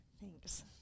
Thanks